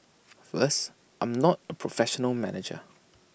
first I'm not A professional manager